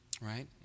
Right